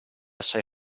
assai